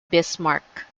bismarck